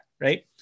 right